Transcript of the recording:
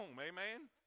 amen